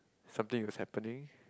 something is happening